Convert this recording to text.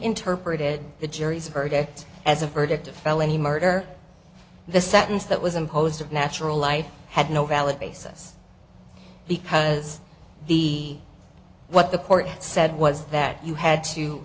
interpreted the jury's verdict as a verdict of felony murder the sentence that was imposed of natural life had no valid basis because the what the court said was that you had to